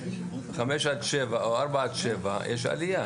7-5 או 7-4 יש עלייה,